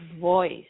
voice